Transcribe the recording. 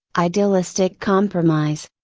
idealistic compromise.